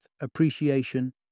appreciation